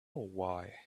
why